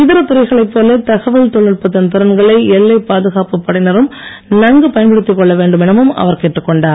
இதர துறைகளைப் போல தகவல் தொழில்நுட்பத்தின் திறன்களை எல்லை பாதுகாப்புப் படையினரும் நன்கு பயனப்படுத்திக் கொள்ள வேண்டும் எனவும் அவர் கேட்டுக் கொண்டார்